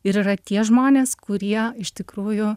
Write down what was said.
ir yra tie žmonės kurie iš tikrųjų